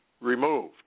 removed